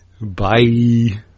Bye